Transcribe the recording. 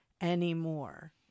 anymore